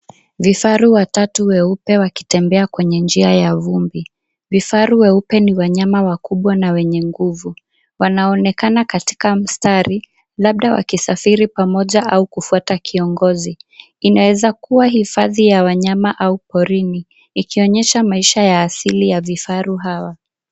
Vifaru watatu weupe wakitembea kwenye njia ya vumbi. Vifaru weupe ni wanyama wakubwa na wenye nguvu. Wanaonekana katika mstari labda wakisafiri pamoja au kufuata kiongozi. Inaweza kuwa hifadhi ya wanyama au porini, ikionyesha maisha ya asili ya vifaru hawa.